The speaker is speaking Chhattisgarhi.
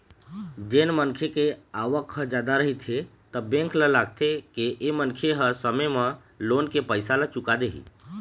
जेन मनखे के आवक ह जादा रहिथे त बेंक ल लागथे के ए मनखे ह समे म लोन के पइसा ल चुका देही